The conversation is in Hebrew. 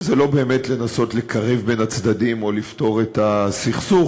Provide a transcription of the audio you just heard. שזה לא באמת לנסות לקרב בין הצדדים או לפתור את הסכסוך,